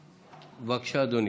בבקשה, אדוני.